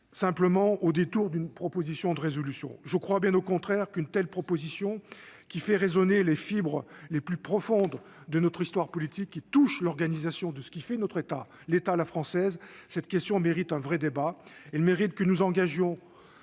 abordée au détour d'une proposition de résolution. Je crois au contraire qu'une telle question, qui fait résonner les fibres les plus profondes de notre histoire politique, qui touche à l'organisation de ce qui fait notre État- l'État à la française -, mérite un vrai débat et que nous engagions